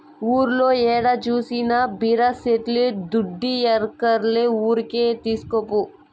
ఊర్లో ఏడ జూసినా బీర సెట్లే దుడ్డియ్యక్కర్లే ఊరికే తీస్కపో